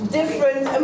different